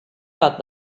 bat